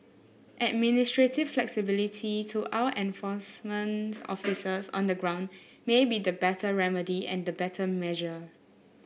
administrative flexibility to our enforcement officers on the ground may be the better remedy and the better measure